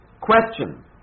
Question